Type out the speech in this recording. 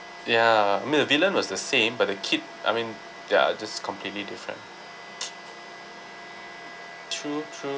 ya I mean the villain was the same but the kid I mean they're just completely different true true